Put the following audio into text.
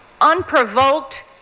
unprovoked